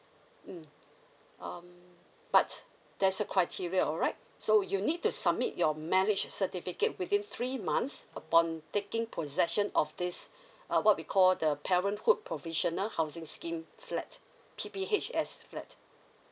mm um but there's a criteria alright so you need to submit your marriage certificate within three months upon taking possession of this uh what we call the parenthood provisional housing scheme flat P_P_H_S flat